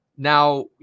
Now